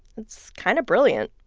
that's kind of brilliant.